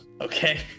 Okay